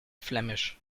flämisch